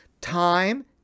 Time